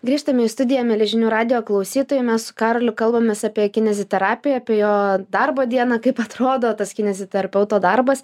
grįžtame į studiją mieli žinių radijo klausytojai mes su karoliu kalbamės apie kineziterapiją apie jo darbo dieną kaip atrodo tas kineziterapeuto darbas